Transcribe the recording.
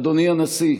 אדוני הנשיא,